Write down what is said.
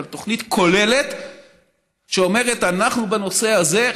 אבל תוכנית כוללת שאומרת שאנחנו בנושא הזה.